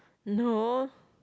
no